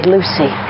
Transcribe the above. Lucy